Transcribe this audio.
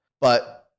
But-